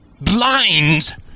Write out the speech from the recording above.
blind